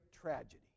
tragedy